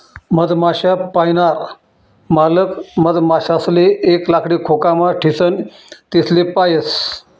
मधमाश्या पायनार मालक मधमाशासले एक लाकडी खोकामा ठीसन तेसले पायस